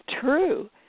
true